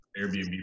airbnb